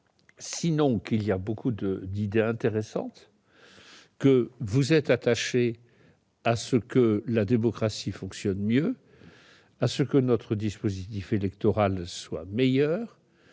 Bref, il y a beaucoup d'idées intéressantes. Vous êtes attaché à ce que la démocratie fonctionne mieux, à ce que notre dispositif électoral soit meilleur,